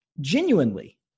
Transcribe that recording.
genuinely